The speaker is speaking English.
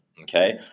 Okay